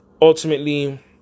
ultimately